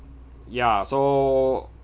ya so